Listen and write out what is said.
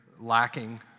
lacking